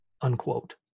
unquote